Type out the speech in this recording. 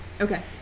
Okay